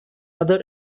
other